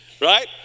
Right